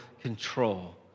control